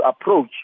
approach